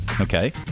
okay